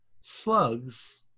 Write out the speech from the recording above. slugs